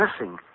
missing